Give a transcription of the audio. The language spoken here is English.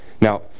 Now